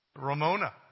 Ramona